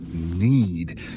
need